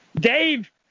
Dave